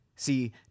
See